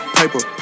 paper